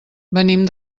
venim